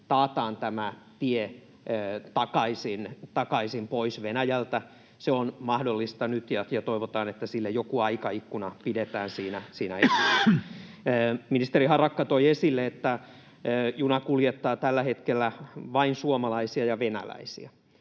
taataan tämä tie takaisin pois Venäjältä. Se on mahdollista nyt, ja toivotaan, että sille joku aikaikkuna pidetään siinä. Ministeri Harakka toi esille, että juna kuljettaa tällä hetkellä vain suomalaisia ja venäläisiä.